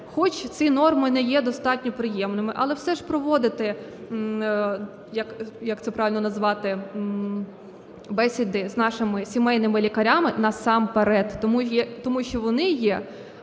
хоч ці норми не є достатньо приємними, але все ж проводити, як це правильно назвати, бесіди з нашими сімейними лікарями насамперед. Тому що вони є